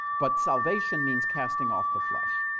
but salvation means casting off the flesh.